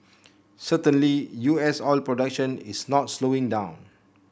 certainly U S oil production is not slowing down